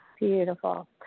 Beautiful